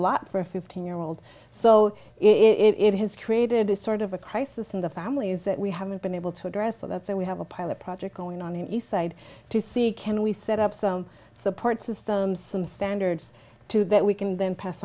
lot for a fifteen year old so it has created a sort of a crisis in the families that we haven't been able to address so that's why we have a pilot project going on in eastside to see can we set up some support system some standards too that we can then pass